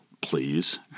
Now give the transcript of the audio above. please